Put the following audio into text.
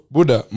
Buddha